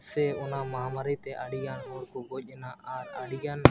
ᱥᱮ ᱚᱱᱟ ᱢᱟᱦᱟᱢᱟᱨᱤᱛᱮ ᱟᱹᱰᱤᱜᱟᱱ ᱦᱚᱲᱠᱚ ᱜᱚᱡᱮᱱᱟ ᱟᱨ ᱟᱹᱰᱤᱜᱟᱱ